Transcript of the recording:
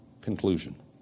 conclusion